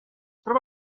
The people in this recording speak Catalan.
troba